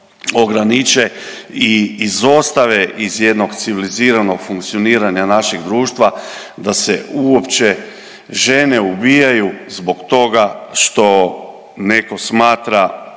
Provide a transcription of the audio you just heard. ograniče i izostave iz jednog civiliziranog funkcioniranja našeg društva, da se uopće žene ubijaju zbog toga što netko smatra